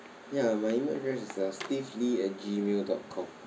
ya my email address is uh steve lee at gmail dot com